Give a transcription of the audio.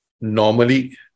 Normally